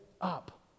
up